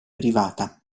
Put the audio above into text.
privata